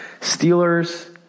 Steelers